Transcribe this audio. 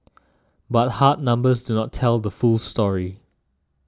but hard numbers do not tell the full story